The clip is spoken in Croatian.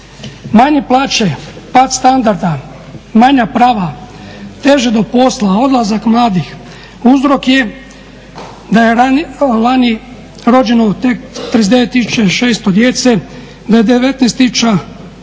Manje plaće, pad standarda, manja prava, teže do posla, odlazak mladih uzrok je da je lani rođeno 39 tisuća 600 djece, da je 19 tisuća